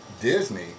Disney